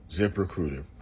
ZipRecruiter